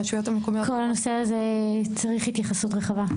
הרשויות המקומיות --- כל הנושא הזה מצריך התייחסות רחבה.